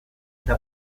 eta